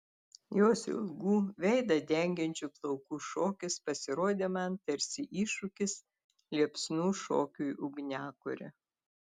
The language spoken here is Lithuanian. jos ilgų veidą dengiančių plaukų šokis pasirodė man tarsi iššūkis liepsnų šokiui ugniakure